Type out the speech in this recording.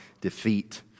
defeat